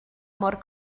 mor